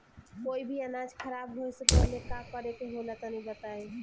कोई भी अनाज खराब होए से पहले का करेके होला तनी बताई?